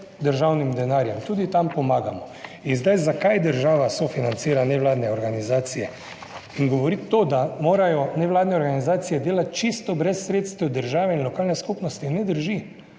državnim denarjem, tudi tam pomagamo. In zdaj, zakaj država sofinancira nevladne organizacije in govoriti to, da morajo nevladne organizacije delati čisto brez sredstev države in lokalne skupnosti, ne drži.